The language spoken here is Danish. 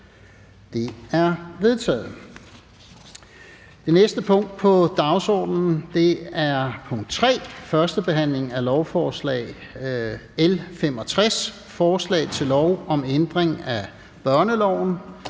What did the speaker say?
Det er vedtaget. --- Det næste punkt på dagsordenen er: 3) 1. behandling af lovforslag nr. L 65: Forslag til lov om ændring af børneloven,